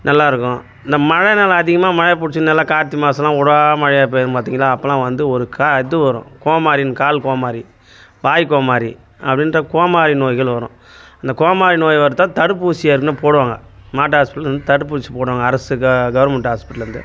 நல்லாயிருக்கும் இந்த மழை நாள் அதிகமாக மழை பிடிச்சதுனால நல்ல கார்த்திகை மாதம்லாம் விடாம மழையாக பெய்யும் பார்த்தீங்களா அப்போலாம் வந்து ஒரு கா இது வரும் கோமாதிரி கால் கோமாதிரி வாய் கோமாதிரி அப்படின்ற கோமாதிரி நோய்கள் வரும் அந்த கோமாதிரி நோய் வர்றதுக்கு தான் தடுப்பூசி ஏற்கனவே போடுவாங்க மாட்டாஸ்பத்திரிலேந்து தடுப்பூசி போடுவாங்க அரசு க கவுர்மெண்ட் ஹாஸ்பிட்டல்லேருந்து